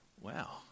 wow